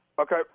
Okay